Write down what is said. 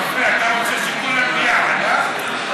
אתה רוצה שכולם ביחד, אה?